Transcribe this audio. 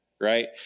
right